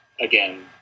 again